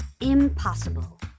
impossible